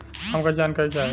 हमका जानकारी चाही?